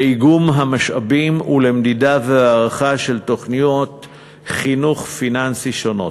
לאיגום המשאבים ולמדידה והערכה של תוכניות פיננסיות שונות.